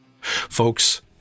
Folks